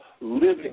living